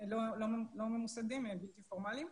בלתי פורמליים,